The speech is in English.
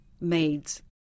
maids